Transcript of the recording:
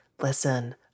listen